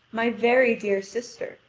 my very dear sister,